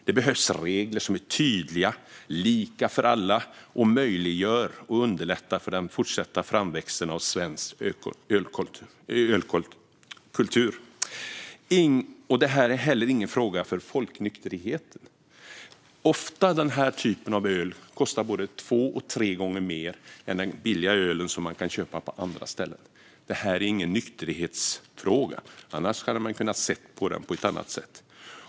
Det behövs regler som är tydliga och lika för alla och som möjliggör och underlättar för den fortsatta framväxten av en svensk ölkultur. Det här är heller ingen fråga för folknykterheten. Ofta kostar den här typen av öl både två och tre gånger mer är den billiga öl som man kan köpa på andra ställen. Det här är alltså ingen nykterhetsfråga. Annars hade man kunnat se på den på ett annat sätt.